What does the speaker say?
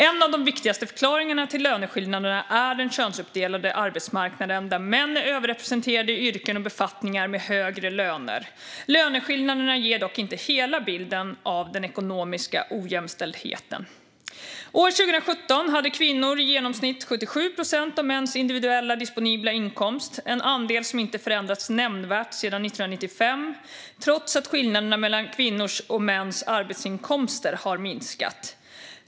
En av de viktigaste förklaringarna till löneskillnaderna är den könsuppdelade arbetsmarknaden, där män är överrepresenterade i yrken och befattningar med högre löner. Löneskillnaderna ger dock inte hela bilden av den ekonomiska ojämställdheten. År 2017 hade kvinnor i genomsnitt 77 procent av mäns individuella disponibla inkomst, en andel som inte förändrats nämnvärt sedan 1995, trots att skillnaderna mellan kvinnors och mäns arbetsinkomster har minskat.